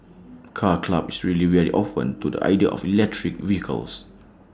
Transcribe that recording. car club is really very open to the idea of electric vehicles